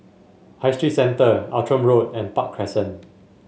High Street Centre Outram Road and Park Crescent